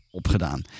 opgedaan